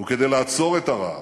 וכדי לעצור את הרעה,